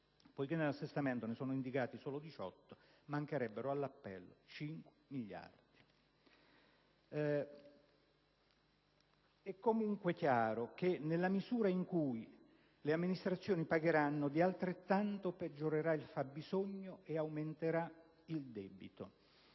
poiché nell'assestamento ne sono indicati solo 18, mancherebbero all'appello 5 miliardi di euro. È comunque chiaro che nella misura in cui le amministrazioni pagheranno, di altrettanto peggiorerà il fabbisogno ed aumenterà il debito.